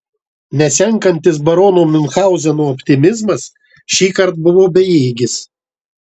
nesenkantis barono miunchauzeno optimizmas šįkart buvo bejėgis